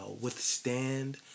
withstand